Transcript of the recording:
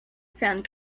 found